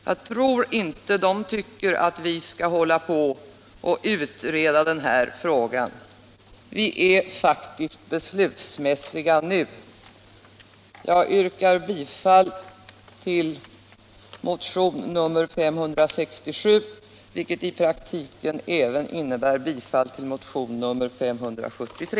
Jag tror inte att väljarna tycker att vi skall hålla på och utreda den här frågan. Vi är faktiskt beslutsmässiga nu. Jag yrkar bifall till motionen 567, vilket i praktiken även innebär bifall till motionen 573.